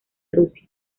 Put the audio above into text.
rusia